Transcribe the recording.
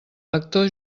lector